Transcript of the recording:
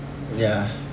ya